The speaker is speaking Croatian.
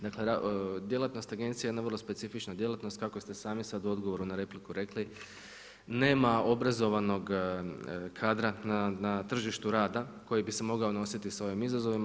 Dakle, djelatnost agencije je jedna vrlo specifična djelatnost, kako ste sami sad u odgovoru na repliku rekli, nema obrazovanog kadra na tržištu rada koji bi se mogao nositi s ovim izazovima.